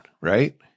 right